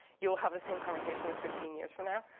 you'll have the same conversation with fifteen years from now.